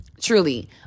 truly